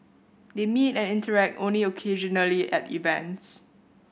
they meet and interact only occasionally at events